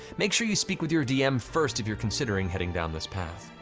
make sure you speak with your dm first if you're considering heading down this path.